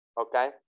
okay